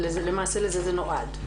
למעשה, לזה זה נועד.